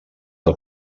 del